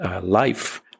life